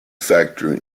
factor